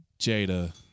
Jada